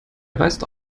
reißt